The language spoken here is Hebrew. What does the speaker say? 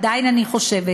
עדיין אני חושבת